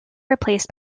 replaced